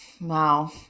Wow